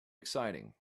exciting